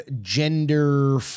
gender